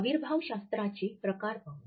अविर्भावशास्त्राचे प्रकार पाहू